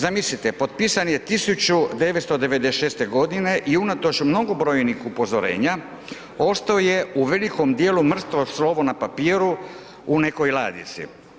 Zamislite, potpisan je 1996.g. i unatoč mnogobrojnih upozorenja ostao je u velikom dijelu mrtvo slovo na papiru u nekoj ladici.